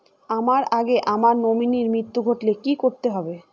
আমার আগে আমার নমিনীর মৃত্যু ঘটলে কি করতে হবে?